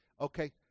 Okay